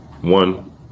one